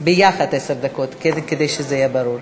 יחד עשר דקות, כדי שזה יהיה ברור.